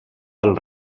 del